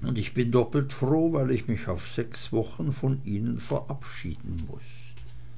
und bin doppelt froh weil ich mich auf sechs wochen von ihnen verabschieden muß